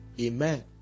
amen